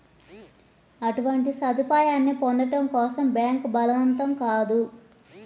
అటువంటి సదుపాయాన్ని పొందడం కోసం బ్యాంక్ బలవంతం కాదు